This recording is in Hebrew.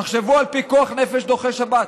תחשבו על פיקוח נפש דוחה שבת.